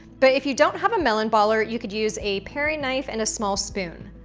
but if you don't have a melon baller, you could use a paring knife and a small spoon.